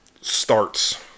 starts